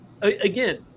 again